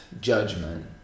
judgment